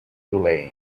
elaine